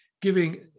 giving